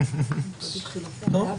טוב.